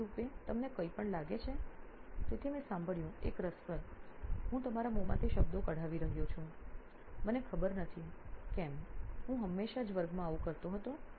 તકનીકી રૂપે તમને કોઈ પણ લાગે છે તેથી મેં સાંભળ્યું એક રસપ્રદ હું તમારા મોંમાંથી શબ્દો કાઢી રહ્યો છું મને ખબર નથી કેમ હું હંમેશાં જ વર્ગમાં આવું કરતો હતો